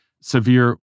severe